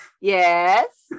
Yes